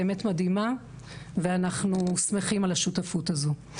באמת מדהימה ואנחנו שמחים על השותפות הזו.